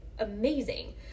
amazing